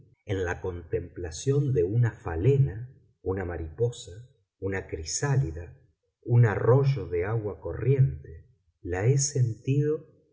en la contemplación de una falena una mariposa una crisálida un arroyo de agua corriente la he sentido